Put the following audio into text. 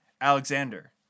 Alexander